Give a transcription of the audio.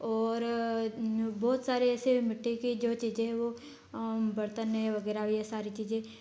और बहुत सारे ऐसे मिट्टी की जो चीजें हैं वो बर्तन हैं वगैरह ये सारी चीजें